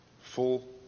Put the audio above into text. full